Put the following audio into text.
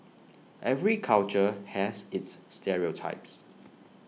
every culture has its stereotypes